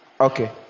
Okay